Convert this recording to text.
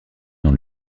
dans